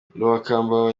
lwakabamba